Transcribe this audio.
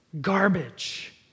garbage